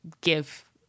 give